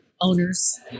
owners